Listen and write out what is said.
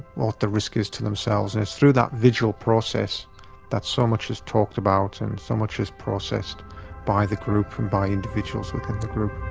what the risk is to themselves. and it's through that vigil process that so much is talked about and so much is processed by the group and by individuals within the group.